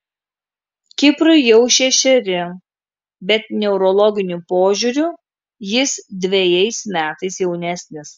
kiprui jau šešeri bet neurologiniu požiūriu jis dvejais metais jaunesnis